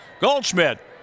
Goldschmidt